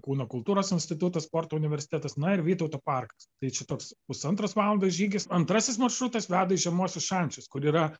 kūno kultūros institutas sporto universitetas na ir vytauto parkas tai čia toks pusantros valandos žygis antrasis maršrutas veda į žemuosius šančius kur yra